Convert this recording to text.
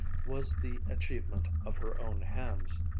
was the achievement of her own hands.